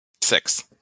Six